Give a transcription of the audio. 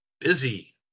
busy